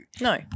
No